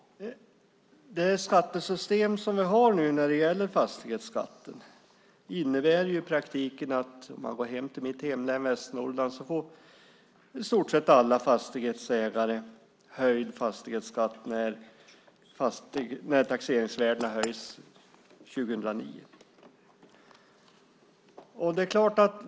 Det skattesystem som vi har när det gäller fastighetsskatten innebär, om vi tar mitt hemlän Västernorrland, att i stort sett alla fastighetsägare får höjd fastighetskatt när taxeringsvärdena höjs 2009.